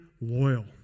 loyal